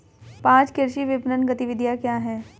पाँच कृषि विपणन गतिविधियाँ क्या हैं?